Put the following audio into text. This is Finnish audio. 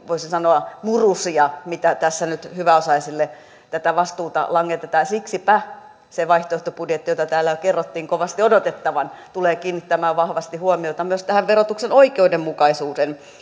voisi sanoa murusia mitä tässä nyt hyväosaisille tätä vastuuta langetetaan siksipä se vaihtoehtobudjetti jota jo täällä kerrottiin kovasti odotettavan tulee kiinnittämään vahvasti huomiota myös tähän verotuksen oikeudenmukaisuuden